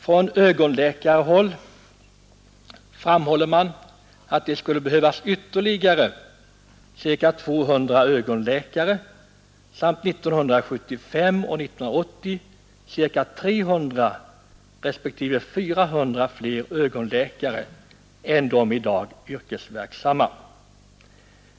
Från ögonläkarhåll framhålles att det skulle behövas ytterligare cirka 200 ögonläkare samt åren 1975 och 1980 cirka 300 respektive 400 fler ögonläkare än de i dag yrkesverksamma.